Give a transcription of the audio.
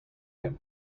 him